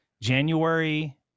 january